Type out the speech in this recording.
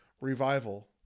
revival